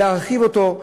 להרחיב אותו,